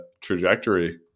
trajectory